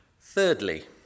Thirdly